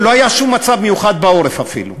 ולא היה שום מצב מיוחד בעורף אפילו.